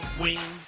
wings